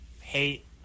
Hate